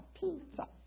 pizza